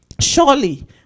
Surely